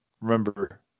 Remember